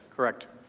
correct.